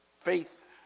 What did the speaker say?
faith